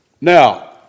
Now